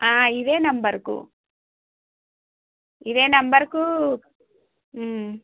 ఇదే నంబరుకు